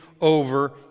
over